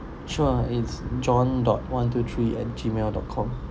sure it's john dot one two three at Gmail dot com